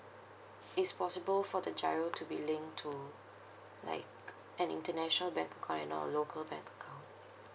is possible for the GIRO to be linked to like an international bank account and or local bank account